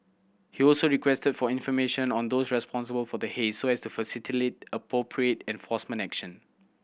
he also requested for information on those responsible for the haze so as to appropriate enforcement action